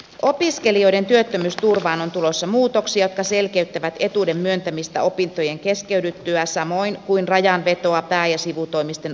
opiskelijoiden työttömyysturvaan on tulossa muutoksia jotka selkeyttävät etuuden myöntämistä opintojen keskeydyttyä samoin kuin rajanvetoa pää ja sivutoimisten opiskeluiden välillä